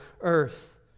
earth